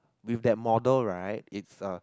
with that model right it's a